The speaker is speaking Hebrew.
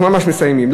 אנחנו ממש מסיימים.